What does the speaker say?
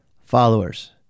followers